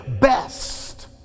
best